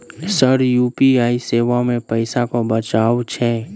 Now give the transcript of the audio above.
Sir UPI सेवा मे पैसा केँ बचाब छैय?